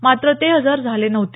मात्र ते हजर झाले नव्हते